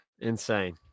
Insane